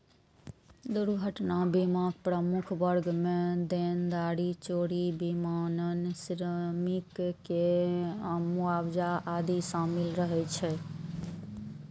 दुर्घटना बीमाक प्रमुख वर्ग मे देनदारी, चोरी, विमानन, श्रमिक के मुआवजा आदि शामिल रहै छै